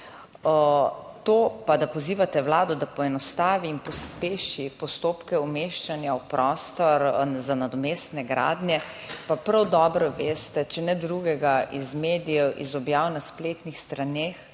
To pa, da pozivate Vlado, da poenostavi in pospeši postopke umeščanja v prostor za nadomestne gradnje, pa prav dobro veste, če ne drugega iz medijev, iz objav na spletnih straneh,